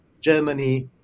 Germany